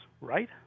right